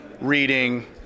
reading